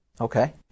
Okay